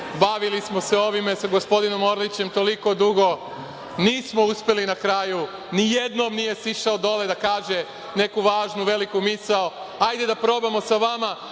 Bavili smo se ovim sa gospodinom Orlićem toliko dugo. Nismo uspeli na kraju, ni jednom nije sišao dole da kaže neku važnu veliku misao. Hajde da probamo sa vama